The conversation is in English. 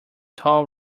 tall